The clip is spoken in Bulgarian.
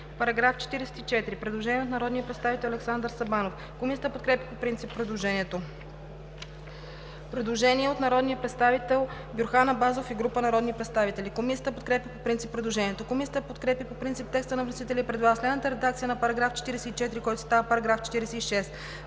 По § 44 има предложение на народния представител Александър Сабанов. Комисията подкрепя по принцип предложението. Предложение на народния представител Бюрхан Абазов и група народни представители. Комисията подкрепя по принцип предложението. Комисията подкрепя по принцип текста на вносителя и предлага следната редакция на § 44. който става § 46: „§ 46.